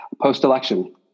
post-election